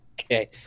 Okay